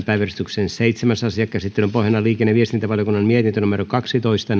päiväjärjestyksen seitsemäs asia käsittelyn pohjana on liikenne ja viestintävaliokunnan mietintö kaksitoista